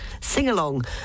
sing-along